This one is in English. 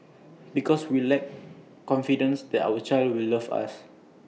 because we lack confidence that our children will love us